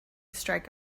strike